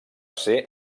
ser